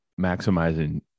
maximizing